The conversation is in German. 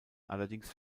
allerdings